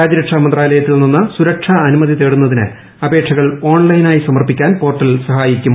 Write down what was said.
രാജ്യരക്ഷാ മന്ത്രാലയത്തിൽ നിന്ന് സുരക്ഷാ അനുമതി തേടുന്നതിന് അപേക്ഷകൾ ഓൺലൈനായി സമർപ്പിക്കാൻ പോർട്ടൽ സഹായിക്കും